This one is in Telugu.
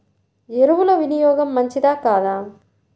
ఎరువుల వినియోగం మంచిదా కాదా?